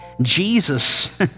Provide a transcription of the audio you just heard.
Jesus